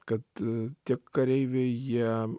kad tie kareiviai jie